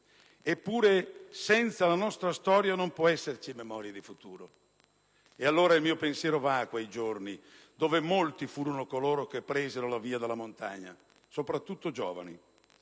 Eppure, senza la nostra storia non può esserci memoria di futuro. Allora il mio pensiero va a quei giorni, dove molti furono coloro che presero la via della montagna, soprattutto giovani.